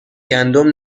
گندم